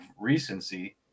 recency